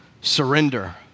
surrender